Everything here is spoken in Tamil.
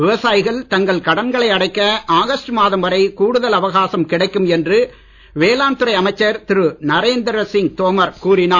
விவசாயிகள் தங்கள் கடன்களை அடைக்க ஆகஸ்ட் மாதம் வரை கூடுதல் அவகாசம் கிடைக்கும் என்று வேளாண் துறை அமைச்சர் திரு நரேந்திர சிங் தோமர் கூறினார்